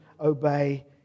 obey